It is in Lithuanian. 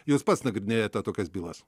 jūs pats nagrinėjate tokias bylas